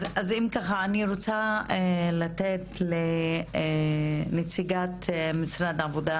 אז אם ככה אני רוצה לתת לנציגת משרד העבודה